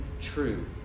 true